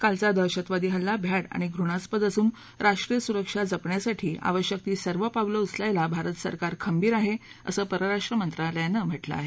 कालचा दहशतवादी हल्ला भ्याड आणि घृणास्पद असून राष्ट्रीय सुरक्षा जपण्यासाठी आवश्यक ती सर्व पावलं उचलायला भारत सरकार खंबीर आहे असं परराष्ट्र मंत्रालयानं म्हटलं आहे